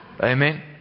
Amen